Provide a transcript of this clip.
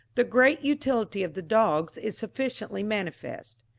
the great utility of the dogs is sufficiently manifest.